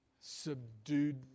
subdued